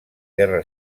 guerra